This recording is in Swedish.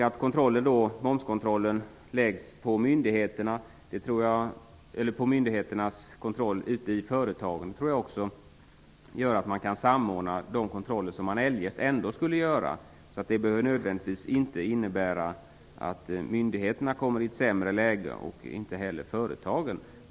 Att momskontrollen läggs på myndigheternas kontroll ute i företagen tror jag gör att man kan samordna de kontroller som man eljest ändå skulle göra. Så det förefaller inte nödvändigtvis innebära att myndigheterna kommer i ett sämre läge och inte heller företagen.